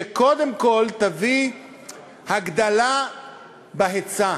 שקודם כול תביא הגדלה בהיצע.